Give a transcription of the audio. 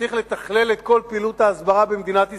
צריך לתכלל את כל פעילות ההסברה במדינת ישראל,